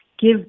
give